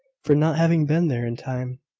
for not having been there in time,